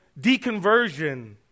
deconversion